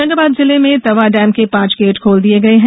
होशंगाबाद जिले में तवा डेम के पांच गेट खोल दिये गये हैं